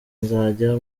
nzajya